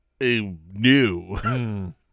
New